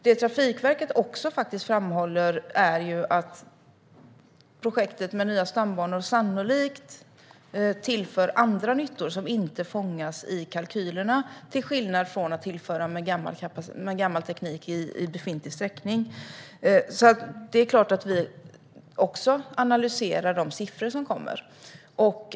Det som Trafikverket också framhåller är ju att projektet med nya stambanor sannolikt tillför andra nyttor som inte fångas i kalkylerna till skillnad från gammal teknik i befintlig sträckning. Det är klart att vi också analyserar de siffror som presenteras.